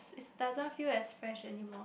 is doesn't feel as fresh anymore